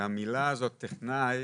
כי המילה הזאת טכנאי,